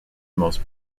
most